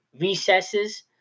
recesses